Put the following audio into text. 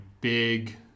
big